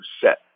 set